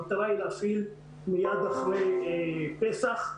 המטרה היא להתחיל מיד אחרי פסח.